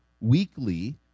weekly